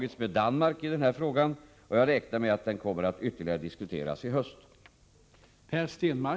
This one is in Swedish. I vilket nordiskt sammanhang har frågorna tagits upp? 2. Vilka resultat hoppas finansministern kunna uppnå?